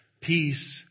Peace